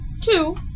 two